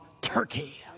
Turkey